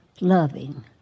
loving